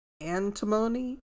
antimony